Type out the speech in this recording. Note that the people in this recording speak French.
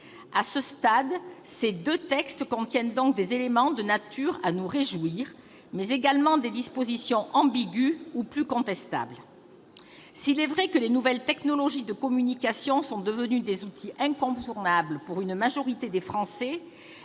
À ce stade, ces deux textes contiennent donc des éléments de nature à nous réjouir, mais également des dispositions ambiguës ou plus contestables. Les nouvelles technologies de communication sont certes devenues des outils incontournables pour une majorité de Français.